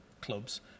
clubs